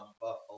Buffalo